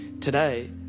today